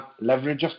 leverage